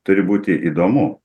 turi būti įdomu